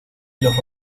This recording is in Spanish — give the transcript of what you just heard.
los